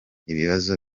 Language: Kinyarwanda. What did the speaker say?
ibibazo